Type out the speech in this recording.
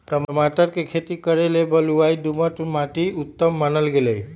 टमाटर कें खेती करे लेल बलुआइ दोमट माटि उत्तम मानल गेल